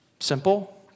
Simple